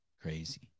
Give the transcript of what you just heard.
Crazy